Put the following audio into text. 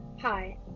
Hi